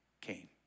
came